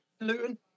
Luton